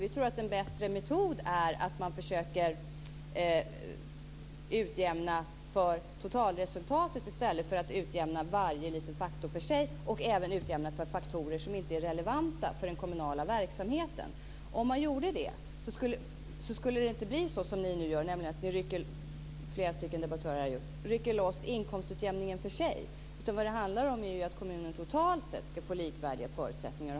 Vi tror att en bättre metod är att man försöker utjämna för totalresultatet i stället för att utjämna för varje liten faktor för sig, och även utjämna för faktorer som inte är relevanta för den kommunala verksamheten. Om man gjorde det så skulle det inte bli så som det blir nu när man, som flera stycken debattörer här har gjort, rycker loss inkomstutjämningen för sig. Vad det handlar om är ju att kommunerna totalt sett ska få likvärdiga förutsättningar.